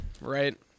right